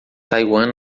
taiwan